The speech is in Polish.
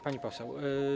Pani Poseł!